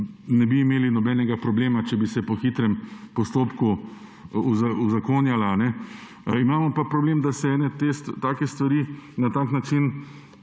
ne bi imeli nobenega problema, če bi se po hitrem postopku uzakonjala. Imamo pa problem, da se take stvari na tak način